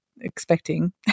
expecting